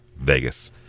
Vegas